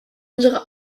unsere